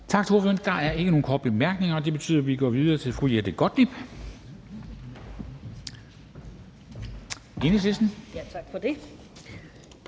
Tak til ordføreren. Der er ikke nogen korte bemærkninger, og det betyder, at vi går videre til fru Jette Gottlieb,